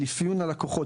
על אפיון הלקוחות.